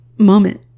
moment